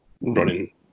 running